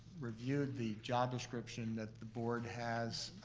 reviewed the job description that the board has